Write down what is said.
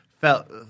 felt